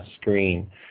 screen